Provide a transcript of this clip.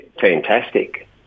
fantastic